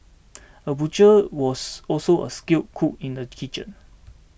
a butcher was also a skilled cook in the kitchen